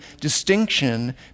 distinction